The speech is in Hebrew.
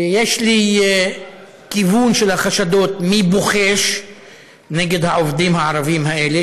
ויש לי כיוון של החשדות מי בוחש נגד העובדים הערבים האלה,